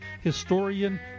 historian